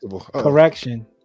Correction